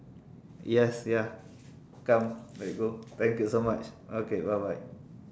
yes ya come let's go thank you so much okay bye bye